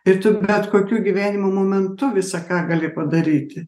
ir tu bet kokiu gyvenimo momentu visa ką gali padaryti